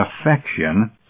affection